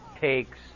takes